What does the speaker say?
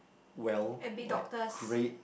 well like grade